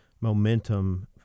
momentum